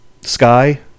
sky